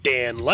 Dan